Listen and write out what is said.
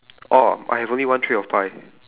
orh I only have one tray of pie